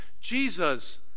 Jesus